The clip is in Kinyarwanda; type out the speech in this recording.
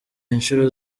inshuro